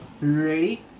Ready